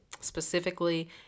specifically